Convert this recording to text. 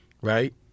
right